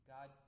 God